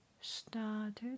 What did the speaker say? started